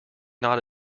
not